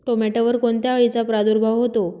टोमॅटोवर कोणत्या अळीचा प्रादुर्भाव होतो?